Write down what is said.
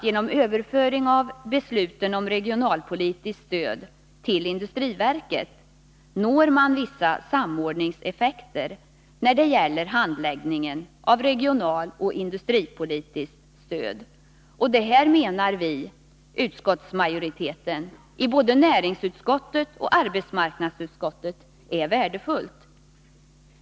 Genom överföring av beslut om regionalpolitiskt stöd till industriverket når man vissa samordningseffekter när det gäller handläggningen av regionaloch industripolitiskt stöd. Detta menar vi i utskottsmajoriteten, både i näringsutskottet och i arbetsmarknadsutskottet, är värdefullt.